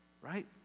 right